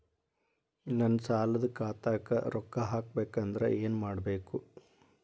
ನನ್ನ ಸಾಲದ ಖಾತಾಕ್ ರೊಕ್ಕ ಹಾಕ್ಬೇಕಂದ್ರೆ ಏನ್ ಮಾಡಬೇಕು?